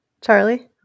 Charlie